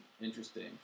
interesting